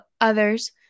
others